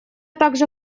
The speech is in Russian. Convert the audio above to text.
также